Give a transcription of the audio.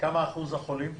ומה אחוז החולים?